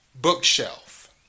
bookshelf